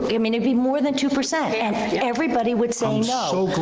i mean, it'd be more than two percent and everybody would say no.